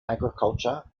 agriculture